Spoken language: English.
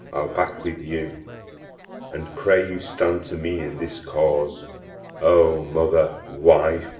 back with you and, pray you stand to me in this cause o mother! wife!